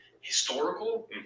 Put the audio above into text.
historical